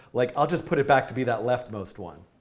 like i'll just put it back to be that leftmost one.